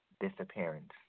Disappearance